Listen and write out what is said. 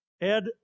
Ed